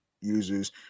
users